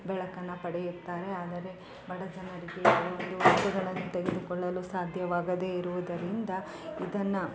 ಬೆಳಕನ್ನು ಪಡೆಯುತ್ತಾರೆ ಆದರೆ ಬಡ ಜನರಿಗೆ ಒಂದು ವಸ್ತುಗಳನ್ನು ತೆಗೆದುಕೊಳ್ಳಲು ಸಾಧ್ಯವಾಗದೆ ಇರುವುದರಿಂದ ಇದನ್ನು